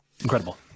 Incredible